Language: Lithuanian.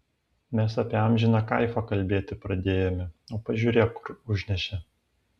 mes apie amžiną kaifą kalbėti pradėjome o pažiūrėk kur užnešė